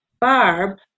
Barb